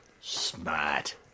Smart